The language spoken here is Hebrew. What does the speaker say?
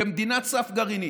כמדינה סף גרעינית.